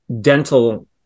dental